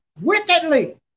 wickedly